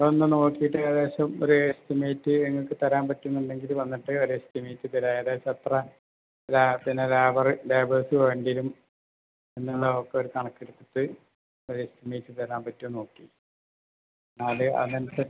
നിങ്ങളൊന്ന് നോക്കിയിട്ട് ഏകദേശം ഒരു എസ്റ്റിമേറ്റ് നിങ്ങൾക്ക് തരാൻ പറ്റും എന്നുണ്ടെങ്കിൽ വന്നിട്ട് ഒരു എസ്റ്റിമേറ്റ് തരുക ഏകദേശം എത്ര പിന്നെ ലാബറ് ലേബേഴ്സ് വേണ്ടിവരും എന്നുള്ള ഒക്കെ ഒരു കണക്ക് എടുത്തിട്ട് ഒരു എസ്റ്റിമേറ്റ് തരാൻ പറ്റുമോ എന്ന് നോക്കീ എന്നാൽ അതനുസരിച്ച്